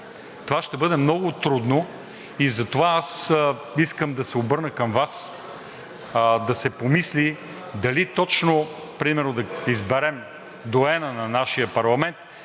Това ще бъде много трудно. Затова искам да се обърна към Вас, за да се помисли дали точно да изберем доайена на нашия парламент